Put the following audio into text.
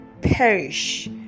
perish